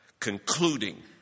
concluding